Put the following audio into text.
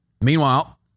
Meanwhile